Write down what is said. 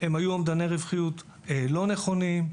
היו לא נכונים,